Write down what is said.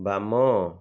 ବାମ